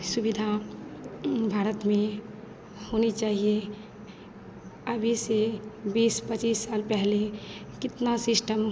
सुविधा भारत में होनी चाहिए अभी से बीस पच्चीस साल पहले कितना सिस्टम